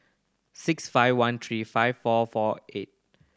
six five one three five four four eight